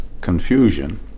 confusion